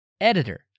editor